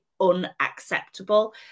unacceptable